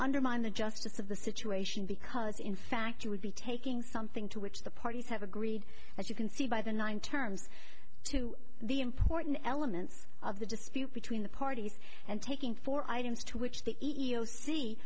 undermine the justice of the situation because in fact you would be taking something to which the parties have agreed as you can see by the nine terms to the important elements of the dispute between the parties and taking four items to which the e